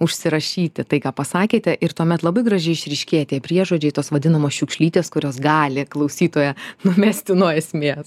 užsirašyti tai ką pasakėte ir tuomet labai gražiai išryškėja tie priežodžiai tos vadinamos šiukšlytės kurios gali klausytoją numesti nuo esmės